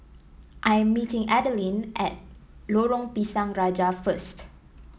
I am meeting Adalyn at Lorong Pisang Raja first